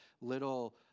little